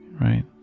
right